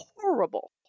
horrible